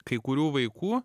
kai kurių vaikų